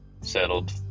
settled